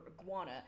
iguana